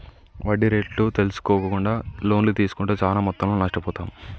వడ్డీ రేట్లు తెల్సుకోకుండా లోన్లు తీస్కుంటే చానా మొత్తంలో నష్టపోతాం